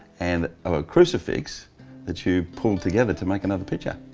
and a crucifix that you pulled together to make another picture.